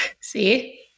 see